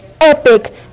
epic